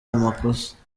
amakosa